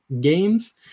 games